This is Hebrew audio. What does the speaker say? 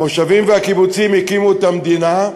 המושבים והקיבוצים הקימו את המדינה,